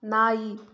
ನಾಯಿ